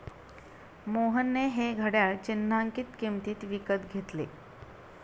मोहनने हे घड्याळ चिन्हांकित किंमतीत विकत घेतले